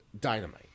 dynamite